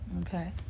okay